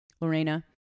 Lorena